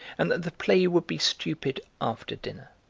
and that the play would be stupid after dinner.